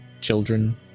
children